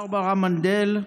ברברה מנדל,